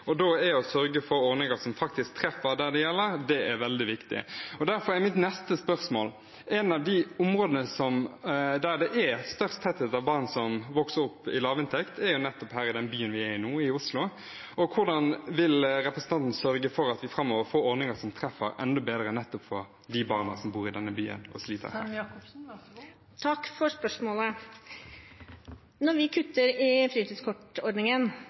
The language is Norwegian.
faktisk treffer der det gjelder, veldig viktig. Derfor er mitt neste spørsmål: Et av de områdene der det er størst tetthet av barn som vokser opp i lavinntektsfamilier, er den byen vi er i nå, i Oslo. Hvordan vil representanten sørge for at vi framover får ordninger som treffer enda bedre for de barna som bor i denne byen og sliter? Takk for spørsmålet. Når vi kutter i fritidskortordningen,